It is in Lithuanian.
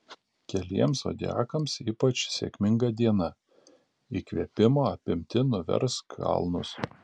keliems zodiakams ypač sėkminga diena įkvėpimo apimti nuvers kalnus